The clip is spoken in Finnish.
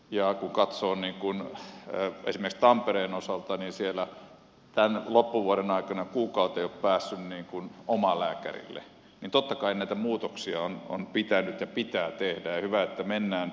kun katsoo esimerkiksi tampereen osalta siellä tämän loppuvuoden aikana kuukauteen ei ole päässyt omalääkärille niin totta kai näitä muutoksia on pitänyt ja pitää tehdä ja hyvä että mennään muutoksissa eteenpäin